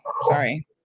sorry